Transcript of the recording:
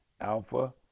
alpha